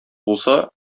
булса